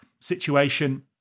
situation